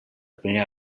primera